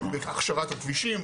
בהכשרת הכבישים,